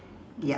yeah